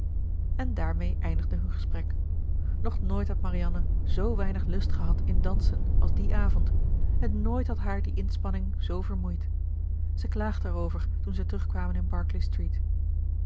en daarmee eindigde hun gesprek nog nooit had marianne zoo weinig lust gehad in dansen als dien avond en nooit had haar die inspanning zoo vermoeid zij klaagde erover toen zij terugkwamen in berkeley street